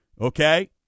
okay